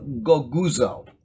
goguzo